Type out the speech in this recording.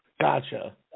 Gotcha